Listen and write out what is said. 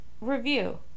review